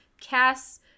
Cass